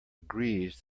agrees